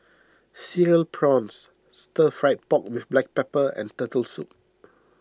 Cereal Prawns Stir Fried Pork with Black Pepper and Turtle Soup